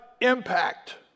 impact